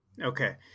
Okay